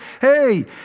Hey